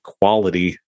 quality